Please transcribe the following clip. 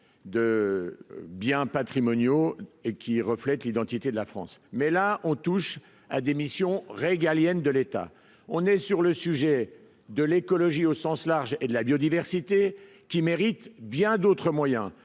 de biens patrimoniaux et qui reflètent l'identité de la France. Mais là on touche à des missions régaliennes de l'État, on est sur le sujet de l'écologie au sens large et de la biodiversité qui mérite bien d'autres moyens,